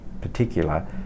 particular